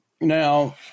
now